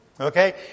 Okay